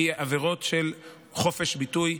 כעבירות של חופש ביטוי,